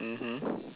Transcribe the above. mmhmm